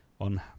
on